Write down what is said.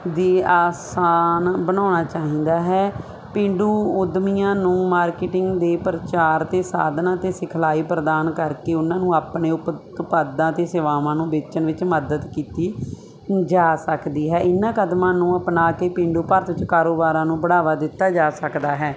ਦੀ ਆਸਾਨ ਬਣਾਉਣਾ ਚਾਹੀਦਾ ਹੈ ਪੇਂਡੂ ਉੱਦਮੀਆਂ ਨੂੰ ਮਾਰਕੀਟਿੰਗ ਦੇ ਪ੍ਰਚਾਰ ਅਤੇ ਸਾਧਨਾਂ ਅਤੇ ਸਿਖਲਾਈ ਪ੍ਰਦਾਨ ਕਰਕੇ ਉਹਨਾਂ ਨੂੰ ਆਪਣੇ ਉਤਪਾਦਾਂ 'ਤੇ ਸੇਵਾਵਾਂ ਨੂੰ ਵੇਚਣ ਵਿੱਚ ਮਦਦ ਕੀਤੀ ਜਾ ਸਕਦੀ ਹੈ ਇਹਨਾਂ ਕਦਮਾਂ ਨੂੰ ਅਪਣਾ ਕੇ ਪੇਂਡੂ ਭਾਰਤ 'ਚ ਕਾਰੋਬਾਰਾਂ ਨੂੰ ਬੜਾਵਾ ਦਿੱਤਾ ਜਾ ਸਕਦਾ ਹੈ